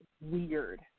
weird